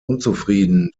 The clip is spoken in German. unzufrieden